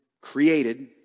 created